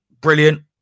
brilliant